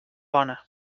bona